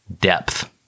depth